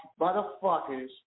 motherfuckers